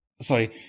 sorry